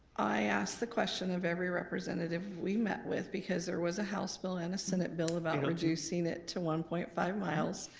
i asked the question of every representative we met with because there was a house bill and a senate bill about reducing it to one point five miles.